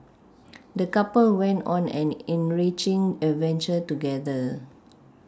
the couple went on an enriching adventure together